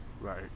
Right